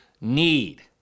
need